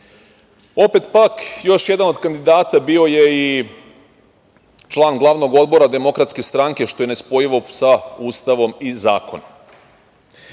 Opet pak, još jedan od kandidata bio je i član glavnog odbora DS, što je ne spojivo sa Ustavom i zakonom.O